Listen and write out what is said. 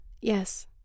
Yes